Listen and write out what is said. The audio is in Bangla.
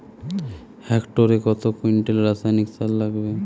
হেক্টরে কত কুইন্টাল রাসায়নিক সার লাগবে?